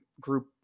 group